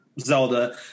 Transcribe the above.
Zelda